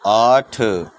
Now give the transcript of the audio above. آٹھ